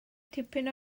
tipyn